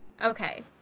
Okay